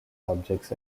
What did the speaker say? objects